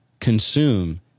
consume